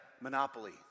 Monopoly